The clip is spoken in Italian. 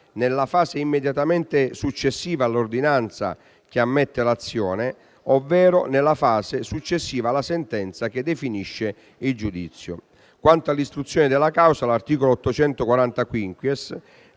nella fase immediatamente successiva all'ordinanza che ammette l'azione ovvero nella fase successiva alla sentenza che definisce il giudizio. Quanto all'istruzione della causa, l'articolo